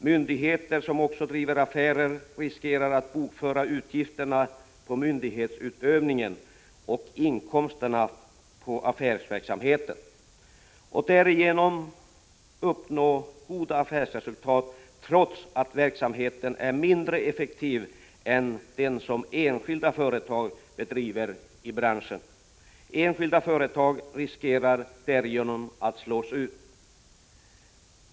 Myndigheter som också driver affärer riskerar att bokföra utgifterna på myndighetsutövningen och inkomsterna på affärsverksamheten och därigenom uppnå goda affärsresultat trots att verksamheten är mindre effektiv än den som enskilda företag bedriver i branschen. Enskilda företag riskerar därigenom att slås ut.